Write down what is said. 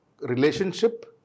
relationship